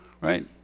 right